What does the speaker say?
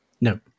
No